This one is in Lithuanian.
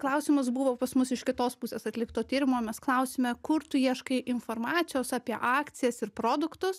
klausimas buvo pas mus iš kitos pusės atlikto tyrimo mes klausėme kur tu ieškai informacijos apie akcijas ir produktus